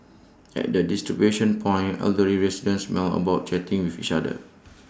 at the distribution point elderly residents mill about chatting with each other